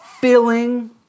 filling